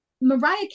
Mariah